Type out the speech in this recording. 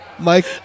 Mike